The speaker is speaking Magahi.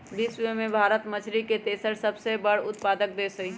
विश्व में भारत मछरी के तेसर सबसे बड़ उत्पादक देश हई